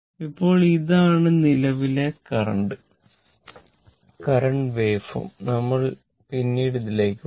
ഇപ്പോൾ ഇതാണ് നിലവിലെ കറന്റ് വാവേഫോം നമ്മൾ പിന്നീട് ഇതിലേക്ക് വരും